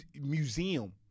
Museum